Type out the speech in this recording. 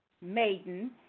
Maiden